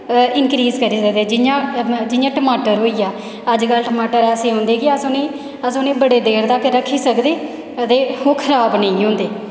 increase करी सकदे जियां जियां टमाटर होई गेआ अज्ज कल टमाटर ऐसे औंदे ते कि अस उ'नेंगी अस उ'नेंगी बड़ी देर तक रक्खी सकदे ते ओह् खराब नेईं होंदे